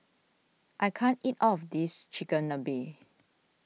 I can't eat all of this Chigenabe